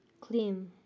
clean